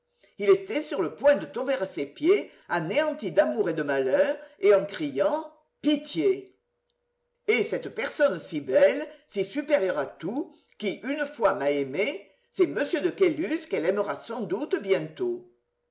il était sur le point de tomber à ses pieds anéanti d'amour et de malheur et en criant pitié et cette personne si belle si supérieure à tout qui une fois m'a aimé c'est m de caylus qu'elle aimera sans doute bientôt